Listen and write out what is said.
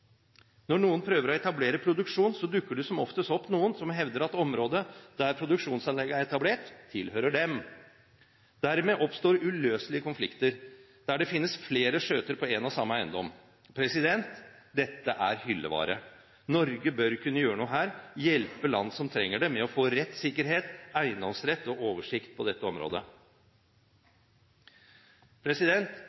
Når noen prøver å etablere produksjon, dukker det som oftest opp noen som hevder at området der produksjonsanlegget er etablert, tilhører dem. Dermed oppstår uløselige konflikter der det finnes flere skjøter på én og samme eiendom. Dette er hyllevare. Norge bør kunne gjøre noe her, hjelpe land som trenger det med å få rettssikkerhet, eiendomsrett og oversikt på dette området.